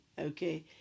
okay